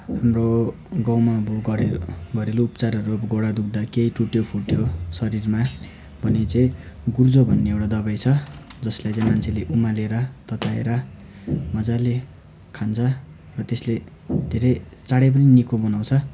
हाम्रो गाउँमा अब घरेलु घरेलु उपचारहरू अब घुँडा दुख्दा केही टुट्यो फुट्यो शरीरमा भने चाहिँ गुर्जो भन्ने एउटा दबाई छ जसले चाहिँ मान्छेले उमालेर तताएर मजाले खान्छ र त्यसले धेरै चाँडै पनि निको बनाउँछ